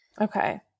Okay